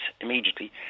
immediately